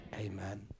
amen